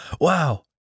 Wow